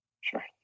sure